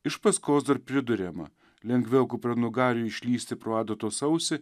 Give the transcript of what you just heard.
iš paskos dar priduriama lengviau kupranugariui išlįsti pro adatos ausį